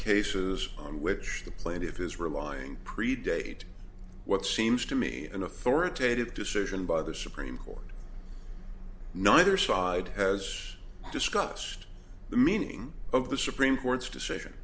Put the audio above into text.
cases on which the plaintiff is relying predate what seems to me in authoritative decision by the supreme court neither side has discussed the meaning of the supreme court's decision